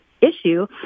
issue